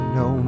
no